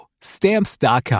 Stamps.com